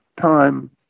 time